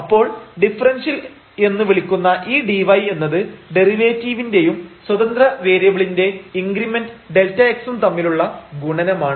അപ്പോൾ ഡിഫറെൻഷ്യൽ എന്ന് വിളിക്കുന്ന ഈ dy എന്നത് ഡെറിവേറ്റീവിന്റെയും സ്വതന്ത്ര വേരിയബിളിന്റെ ഇൻഗ്രിമെന്റ് Δx ഉം തമ്മിലുള്ള ഗുണനമാണ്